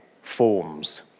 forms